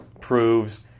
proves